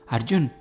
Arjun